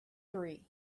three